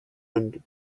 and